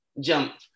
jump